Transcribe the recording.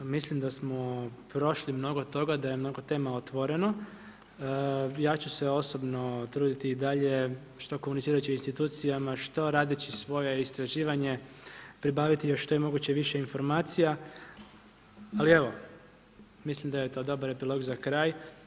Mislim da smo prošli mnogo toga, da je mnogo tema otvoreno, ja ću se osobno truditi i dalje što komunicirajući institucijama, što radeći svoje istraživanje, pribaviti što je moguće više informacija ali evo, mislim da je to dobar epilog za kraj.